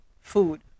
food